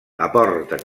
aporta